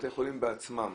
בתי החולים בעצמם